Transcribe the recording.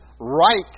right